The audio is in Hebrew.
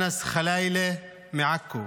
אנס חלאילה מעכו,